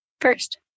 first